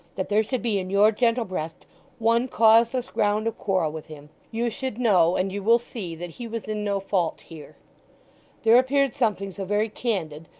that there should be in your gentle breast one causeless ground quarrel with him. you should know, and you will see, that he was in no fault here there appeared something so very candid,